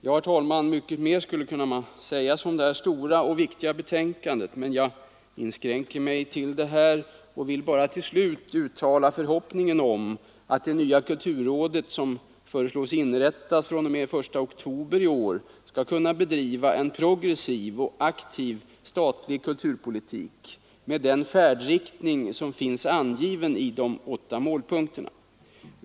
Ja, herr talman, mycket mer skulle kunna sägas om detta stora och viktiga betänkande, men jag inskränker mig till det sagda. Jag vill bara till slut uttala förhoppningen att det nya kulturrådet, som föreslås inrättas från och med den 1 oktober i år, skall kunna bedriva en progressiv och aktiv statlig kulturpolitik med den färdriktning som finns angiven i de åtta målpunkterna.